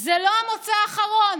זה לא המוצא האחרון,